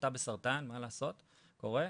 חלתה בסרטן, מה לעשות, קורה,